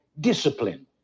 discipline